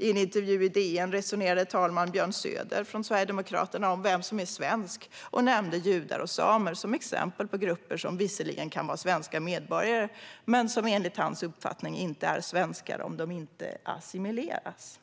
I en intervju i DN resonerade talman Björn Söder från Sverigedemokraterna om vem som är svensk och nämnde judar och samer som exempel på grupper som visserligen kan vara svenska medborgare men som enligt hans uppfattning inte är svenskar om de inte assimilerats.